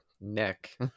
neck